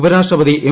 ഉപരാഷ്ട്രപതി എം